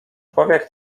człowiek